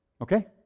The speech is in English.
Okay